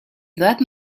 that